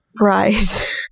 Right